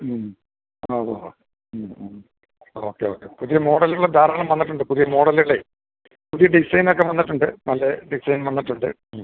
മ് ആ ഉവ്വ് ഓക്കെ ഓക്കെ പുതിയ മോഡല്കൾ ധാരാളം വന്നിട്ടുണ്ട് പുതിയ മോഡല്കളെ പുതിയ ഡിസൈനൊക്ക വന്നിട്ടുണ്ട് നല്ല ഡിസൈൻ വന്നിട്ടുണ്ട് മ്